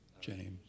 James